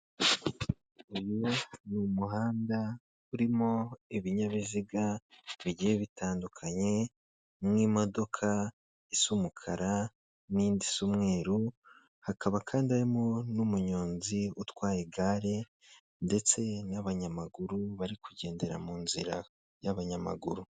Uyu ni umuhanda urimo ibinyabiziga bigiye bitandukanye nk'imodoka isa umukara n'indi isa umweru, hakaba kandi harimo n'umunyonzi utwaye igare ndetse n'abanyamaguru bari kugendera mu nzira y'abanyamaguru.